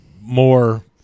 more